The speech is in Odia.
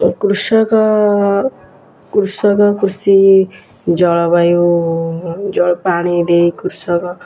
କୃଷକ କୃଷକ କୃଷି ଜଳବାୟୁ ଜଳ ପାଣି ବି କୃଷକ